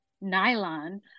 Nylon